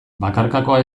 bakarkakoa